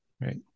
Right